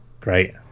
Great